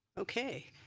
okay.